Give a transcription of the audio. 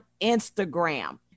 Instagram